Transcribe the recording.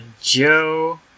Joe